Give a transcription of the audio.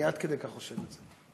אני עד כדי כך חושב את זה.